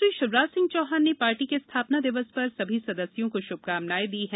मुख्यमंत्री शिवराज सिंह चौहान ने पार्टी के स्थापना दिवस पर सभी सदस्यों को श्भकामनाएं दी है